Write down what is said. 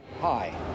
Hi